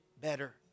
better